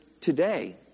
today